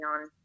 on